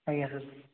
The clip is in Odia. ଆଜ୍ଞା ସାର୍